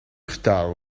retard